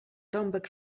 rąbek